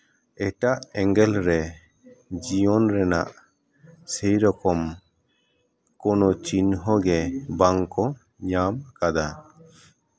ᱮᱴᱟᱜ ᱮᱸᱜᱮᱞ ᱨᱮ ᱡᱤᱭᱚᱱ ᱨᱮᱱᱟᱜ ᱥᱮᱨᱚᱠᱚᱢ ᱠᱳᱱᱳ ᱪᱤᱱᱦᱟᱹ ᱜᱮ ᱵᱟᱝ ᱠᱚ ᱧᱟᱢ ᱠᱟᱫᱟ